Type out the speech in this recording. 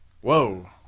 Whoa